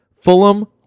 Fulham